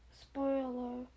spoiler